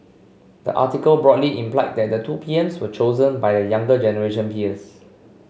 the article broadly implied that the two P Ms were chosen by their younger generation peers